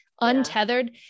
untethered